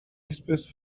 express